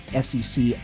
SEC